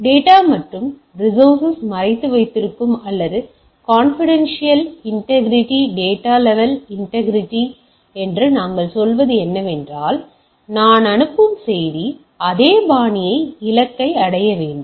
எனவே டேட்டா மற்றும் ரிசோசர்ஸ் மறைத்து வைத்திருக்கும் அல்லது confidential integrity data level integrity என்று நாங்கள் சொல்வது என்னவென்றால் நான் அனுப்பும் செய்தி அதே பாணியை இலக்கை அடைய வேண்டும்